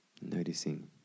Noticing